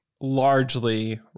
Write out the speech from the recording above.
largely